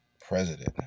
president